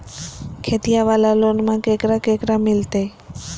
खेतिया वाला लोनमा केकरा केकरा मिलते?